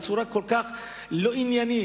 בצורה כל כך לא עניינית?